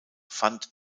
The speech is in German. fand